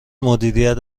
مدیریت